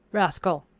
rascal!